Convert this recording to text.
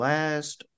Last